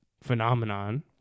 phenomenon